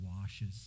washes